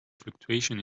fluctuation